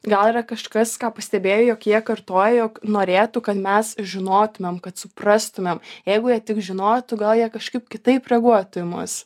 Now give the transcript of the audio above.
gal yra kažkas ką pastebėjai jog jie kartoja jog norėtų kad mes žinotumėm kad suprastumėm jeigu jie tik žinotų gal jie kažkaip kitaip reaguotų į mus